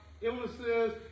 illnesses